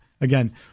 Again